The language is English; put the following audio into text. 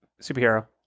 superhero